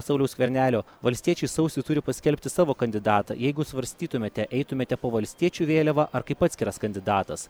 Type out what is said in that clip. sauliaus skvernelio valstiečiai sausį turi paskelbti savo kandidatą jeigu svarstytumėte eitumėte po valstiečių vėliava ar kaip atskiras kandidatas